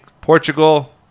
Portugal